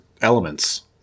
elements